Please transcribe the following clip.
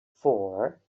four